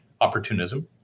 opportunism